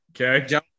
Okay